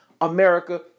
America